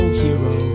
hero